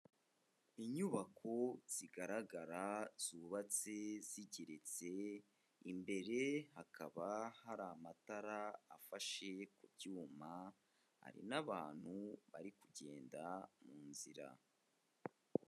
Inyubako zigaragara zubatse zigereritse, imbere hakaba hari amatara afashe ku byuma, hari n'abantu bari kugenda mu nzira.